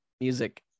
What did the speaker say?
music